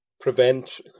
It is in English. prevent